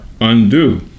undo